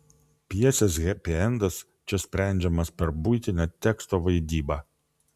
pjesės hepiendas čia sprendžiamas per buitinę teksto vaidybą